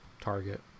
Target